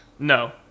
No